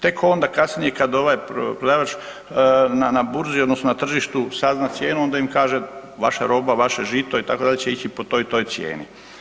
Tek onda kasnije kad ovaj prodavač na burzi odnosno na tržištu sazna cijenu, onda im kaže vaša roba, vaše žito itd. će ići po toj i toj cijeni.